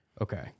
Okay